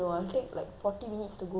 if அப்பா:appa de~ sends me